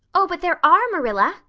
oh, but there are, marilla,